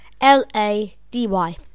L-A-D-Y